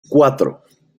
cuatro